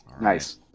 nice